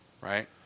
right